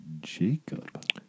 Jacob